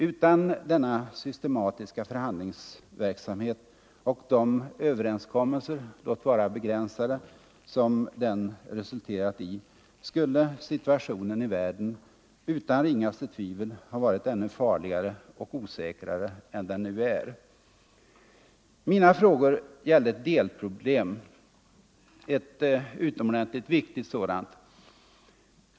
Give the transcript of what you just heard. Utan denna systematiska förhandlingsverksamhet och de överenskommelser — låt vara begränsade - som den resulterat i skulle situationen i världen utan ringaste tvivel ha varit ännu farligare och osäkrare än den nu är. Mina frågor gällde ett delproblem, ett utomordenligt viktigt sådant.